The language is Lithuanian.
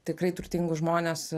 tikrai turtingus žmones